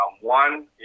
One